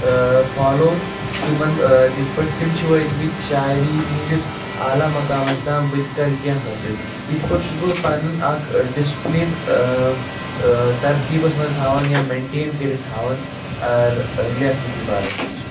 follow تِمَن تِتھ پٲٹھۍ تِم چھِ وٲتۍمٕتۍ شاعری ہِنٛدِس اعلیٰ مقامَس تام بہٕ تہِ کَرٕ کیٚنہہ حٲصِل یِتھ پٲٹھۍ چھُس بہٕ پَنُن اَکھ ڈِسپٕلِن ترتیٖبَس منٛز تھاوان یا میٚنٹین کٔرِتھ تھاوان لیکھنہٕ کِس بارَس منٛز